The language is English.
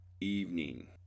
evening